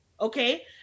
okay